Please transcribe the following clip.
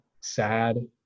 sad